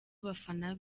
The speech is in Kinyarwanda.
abafana